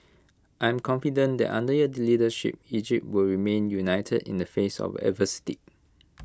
I am confident that under your leadership Egypt will remain united in the face of adversity